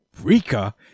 Rika